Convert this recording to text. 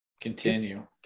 continue